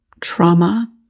trauma